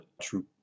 true